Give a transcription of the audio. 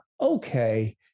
Okay